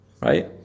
Right